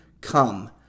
Come